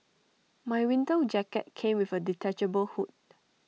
my winter jacket came with A detachable hood